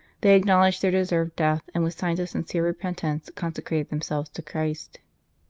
they acknow ledged they deserved death, and with signs of sincere repentance consecrated themselves to christ.